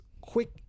quick